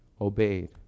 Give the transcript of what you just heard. obeyed